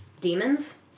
Demons